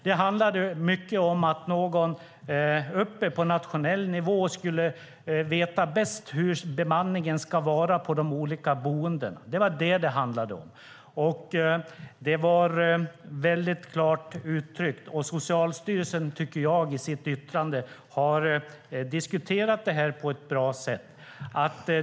Det handlade mycket om att någon på nationell nivå skulle veta bäst hur bemanningen ska vara på de olika boendena. Det var vad det handlade om. Det var väldigt klart uttryckt. Jag tycker att Socialstyrelsen i sitt yttrande har diskuterat detta på ett bra sätt.